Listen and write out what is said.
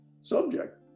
subject